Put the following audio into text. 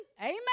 Amen